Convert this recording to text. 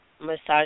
Massage